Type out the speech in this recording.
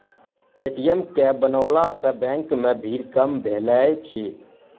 ATM के बनओला सॅ बैंक मे भीड़ कम भेलै अछि